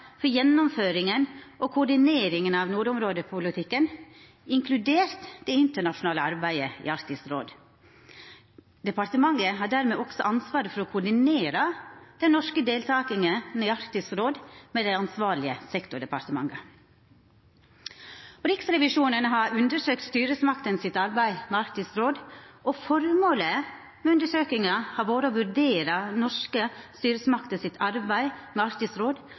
for gjennomføringa og koordineringa av nordområdepolitikken, inkludert det internasjonale samarbeidet i Arktisk råd. Departementet har dermed også ansvaret for å koordinera den norske deltakinga i Arktisk råd med dei ansvarlege sektordepartementa. Riksrevisjonen har undersøkt styresmaktene sitt arbeid med Arktisk råd. Føremålet med undersøkinga har vore å vurdera norske styresmakter sitt arbeid med Arktisk råd